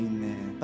Amen